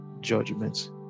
judgments